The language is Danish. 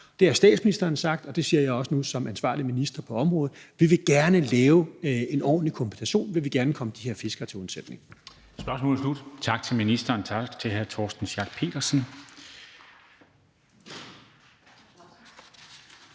Det har statsministeren sagt, og det siger jeg nu også som den ansvarlige minister på området. Vi vil gerne lave en ordentlig kompensation; vi vil gerne komme de her fiskere til undsætning. Kl. 13:58 Formanden (Henrik Dam Kristensen): Spørgsmålet er slut. Tak til ministeren, og tak til hr. Torsten Schack Pedersen.